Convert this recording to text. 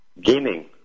gaming